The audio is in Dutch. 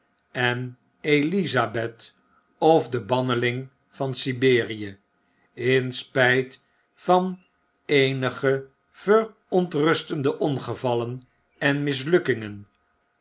en elisabeth of de banneling van siberie in spyt van eenige ver ontrustende ongevallen en mislukkingen